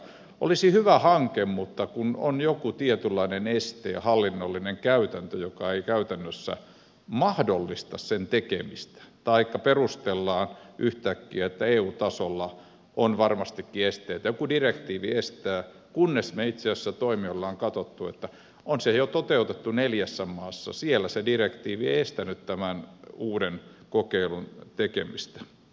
olisi hyvä hanke mutta on joku tietynlainen este ja hallinnollinen käytäntö joka ei käytännössä mahdollista sen tekemistä taikka perustellaan yhtäkkiä että eun tasolla on varmastikin esteitä joku direktiivi estää kunnes me itse asiassa olemme katsoneet että se on jo toteutettu neljässä maassa siellä se direktiivi ei estänyt tämän uuden kokeilun tekemistä